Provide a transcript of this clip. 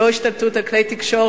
לא השתלטות על כלי תקשורת,